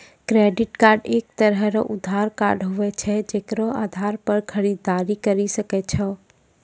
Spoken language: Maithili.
क्रेडिट कार्ड एक तरह रो उधार कार्ड हुवै छै जेकरो आधार पर खरीददारी करि सकै छो